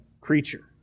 creature